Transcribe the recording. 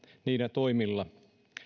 niillä toimilla